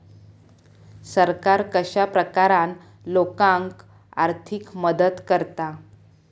सरकार कश्या प्रकारान लोकांक आर्थिक मदत करता?